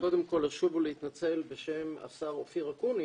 קודם כל לשוב ולהתנצל בשם השר אופיר אקוניס,